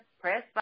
press